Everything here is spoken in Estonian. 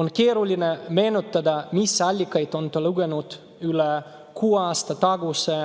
on keeruline meenutada, mis allikaid on ta lugenud üle kuue aasta taguse